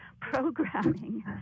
programming